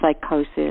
psychosis